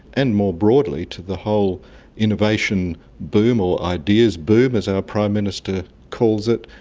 and more broadly to the whole innovation boom or ideas boom as our prime minister calls it,